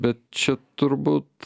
bet čia turbūt